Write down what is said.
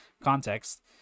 context